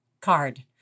card